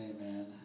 Amen